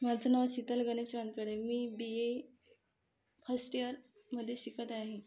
माझं नाव शीतल गणेश वानखेडे मी बी ए फस्ट इअरमधे शिकत आहे